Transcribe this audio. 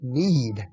need